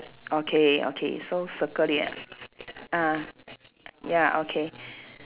okay okay so circle it ah ya okay